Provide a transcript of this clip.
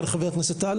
כן, חבר הכנסת טל.